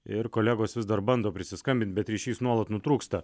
ir kolegos vis dar bando prisiskambint bet ryšys nuolat nutrūksta